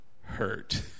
hurt